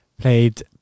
Played